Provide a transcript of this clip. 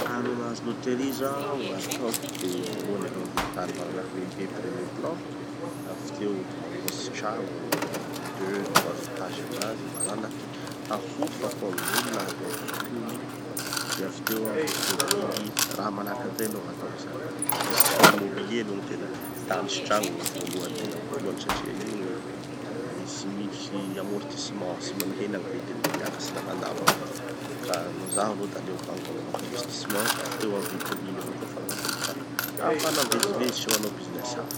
No mahazo lottery zaho, ataoko de voalohany aloha mividy tany malalaky lehibe premier plan. Avy teo mamboatsy trano deux trois étages aminazy malalaky hahofako amin'olo na hataoko hotely. De avy teo aho mividy tobily. Da raha manahaky anizay aloha gn'ataoko zany. Mamboatsy tra- immobilier aloha gny tena, tany sy trano gny voalohany tena voalohany satria io gny gny tsy misy amorstissement, tsy mba mihena gny vidiny fa miakatry lalandava avao. Ka no zaho aloha da aho hanaovako investissement avy teo aho mividy tobily avao koa fanampiny fa ahafahana mivezivezy sy manao business hafa.